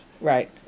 right